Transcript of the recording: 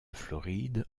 floride